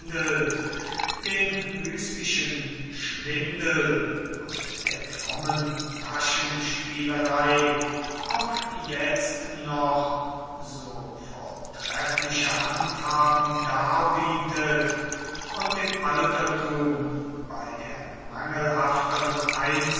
dem mystischen schwindel und der frommen taschenspielerei auch jetzt noch so vortreffliche handhaben darbietet und im altertum bei der mangelhafteren